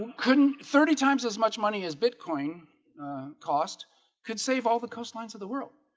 couldn't thirty times as much money as bitcoin cost could save all the coastlines of the world.